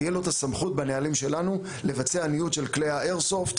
תהיה לו את הסמכות בנהלים שלנו לבצע ניוד של כלי האיירסופט